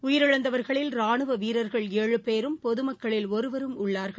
உயிரிழந்தகவர்களில் ரானுவவீரர்கள் ஏழு பேரும் பொதுமக்களில் ஒருவரும் உள்ளார்கள்